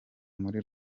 muri